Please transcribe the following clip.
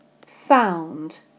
found